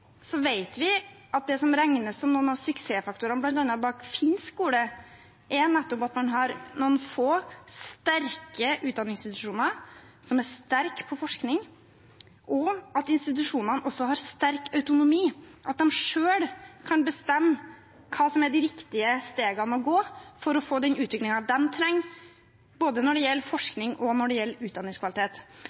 vi at det som regnes som en av suksessfaktorene bak bl.a. finsk skole, er nettopp at man har noen få sterke utdanningsinstitusjoner. De er sterke på forskning, og institusjonene har sterk autonomi ved at de selv kan bestemme hva som er de riktige stegene å gå for å få den utviklingen de trenger, både når det gjelder forskning, og når det gjelder utdanningskvalitet.